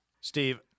Steve